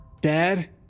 Dad